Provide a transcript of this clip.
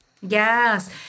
Yes